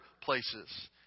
places